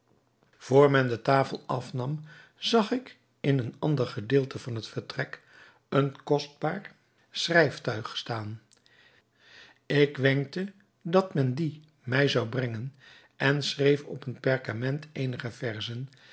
vr men de tafel afnam zag ik in een ander gedeelte van t vertrek een kostbaar schrijftuig staan ik wenkte dat men liet mij zou brengen en schreef op een perkament eenige verzen